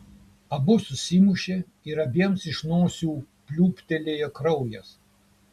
abu susimušė ir abiems iš nosių pliūptelėjo kraujas